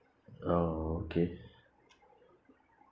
oh okay